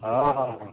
हँ हँ हँ